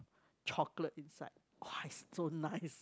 chocolate inside !wah! is so nice